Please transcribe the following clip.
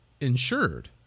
insured